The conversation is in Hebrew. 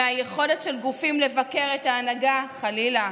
מהיכולת של גופים לבקר את ההנהגה, חלילה,